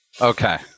Okay